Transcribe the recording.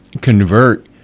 convert